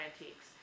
antiques